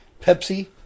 Pepsi